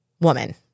woman